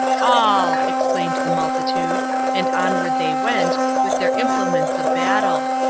all, exclaimed the multitude and onward they went, with their implements of battle.